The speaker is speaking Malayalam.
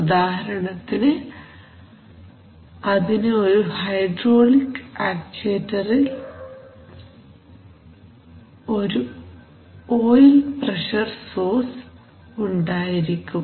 ഉദാഹരണത്തിന് ഒരു ഹൈഡ്രോളിക് ആക്ചുവേറ്ററിൽ ഒരു ഓയിൽ പ്രഷർ സോഴ്സ് ഉണ്ടായിരിക്കും